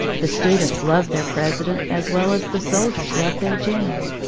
the students loved their president as well as the soldiers loved their general,